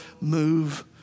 move